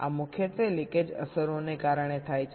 આ મુખ્યત્વે લીકેજ અસરોને કારણે થાય છે